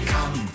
Come